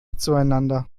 zueinander